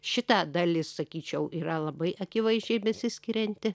šita dalis sakyčiau yra labai akivaizdžiai besiskirianti